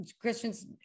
Christians